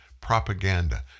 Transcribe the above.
propaganda